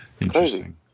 interesting